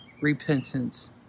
repentance